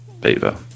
beaver